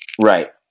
Right